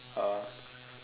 uh